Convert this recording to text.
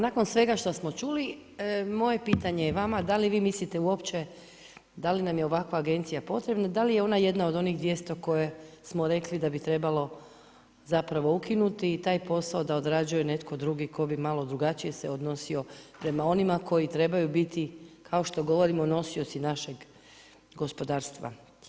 Nakon svega što smo čuli moje pitanje je vama, da li vi mislite uopće, da li nam je ovakva agencija potreba, da li je ona jedna od 200 koje smo rekli da bi trebalo zapravo ukinuti i taj posao da odrađuje netko dugi tko bi malo drugačije se odnosio prema onima koji trebaju biti, kao što govorimo nosioci našeg gospodarstva.